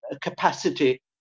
capacity